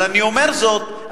אבל אני אומר זאת,